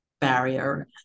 barrier